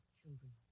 children